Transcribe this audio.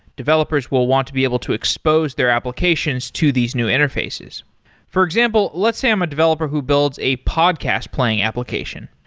developers will want to be able to expose their applications to these new interfaces for example, let's say i'm a developer who builds a podcast playing application,